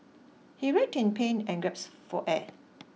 he writhed in pain and grasped for air